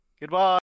Goodbye